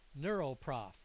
NeuroProf